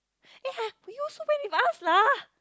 ya you also went with us lah